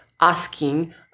asking